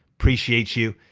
appreciate you.